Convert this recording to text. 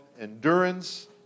endurance